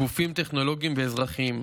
גופים טכנולוגיים ואזרחיים.